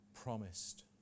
promised